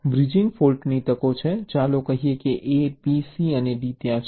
તેથી બ્રિજિંગ ફોલ્ટની તકો છે ચાલો કહીએ કે A B C અને D ત્યાં છે